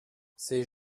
ces